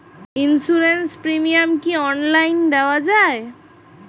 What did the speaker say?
Insurance premium কি online দেওয়া যায়?